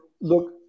look